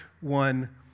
one